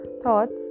thoughts